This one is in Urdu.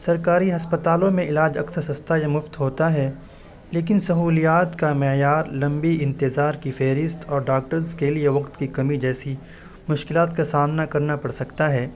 سرکاری ہسپتالوں میں علاج اکثر سستا یا مفت ہوتا ہے لیکن سہولیات کا معیار لمبی انتظار کی فہرست اور ڈاکٹرز کے لیے وقت کی کمی جیسی مشکلات کا سامنا کرنا پڑ سکتا ہے